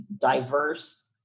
diverse